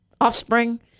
offspring